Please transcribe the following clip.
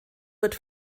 wird